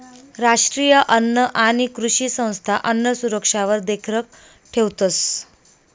राष्ट्रीय अन्न आणि कृषी संस्था अन्नसुरक्षावर देखरेख ठेवतंस